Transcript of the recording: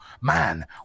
man